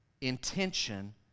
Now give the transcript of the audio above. intention